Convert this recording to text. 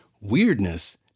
weirdness